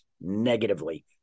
negatively